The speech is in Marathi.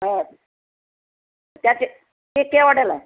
हो त्याचे ते केवढ्याला